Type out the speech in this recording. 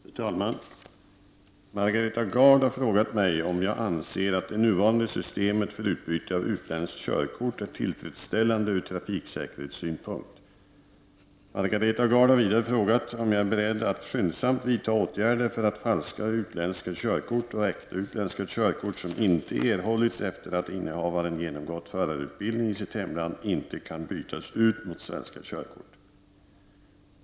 Fru talman! Margareta Gard har frågat mig om jag anser att det nuvarande systemet för utbyte av utländskt körkort är tillfredsställande ur trafiksäkerhetssynpunkt. Margareta Gard har vidare frågat om jag är beredd att skyndsamt vidta åtgärder för att falska utländska körkort och äkta utländska körkort, som inte erhållits efter att innehavaren genomgått förarutbildning i sitt hemland, inte skall kunna bytas ut mot svenska körkort.